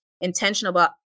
intentional